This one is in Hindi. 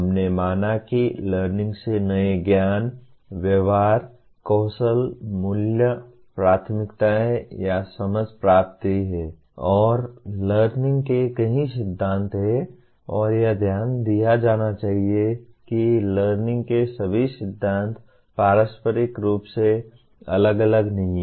हमने माना कि लर्निंग से नए ज्ञान व्यवहार कौशल मूल्य प्राथमिकताएं या समझ प्राप्त होती है और लर्निंग के कई सिद्धांत हैं और यह ध्यान दिया जाना चाहिए कि लर्निंग के सभी सिद्धांत पारस्परिक रूप से अलग अलग नहीं हैं